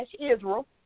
Israel